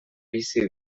bizi